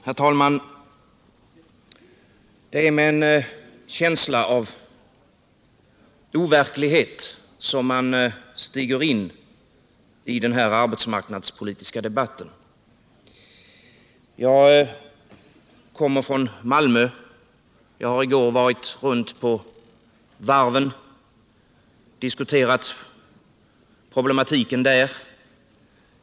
Herr talman! Det är med en känsla av overklighet som man stiger in i den här arbetsmarknadspolitiska debatten. Jag kommer från Malmö. Jag har i går gått runt på varven och diskuterat problematiken där.